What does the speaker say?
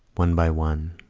one by one,